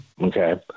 Okay